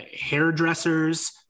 hairdressers